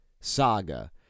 saga